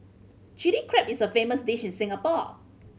Chilli Crab is a famous dish in Singapore